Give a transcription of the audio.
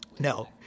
No